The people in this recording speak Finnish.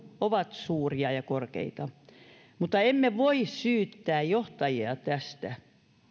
ovat suuria ja korkeita mutta emme voi syyttää johtajia tästä